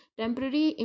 temporary